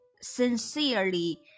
sincerely